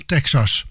Texas